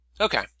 Okay